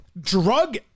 drug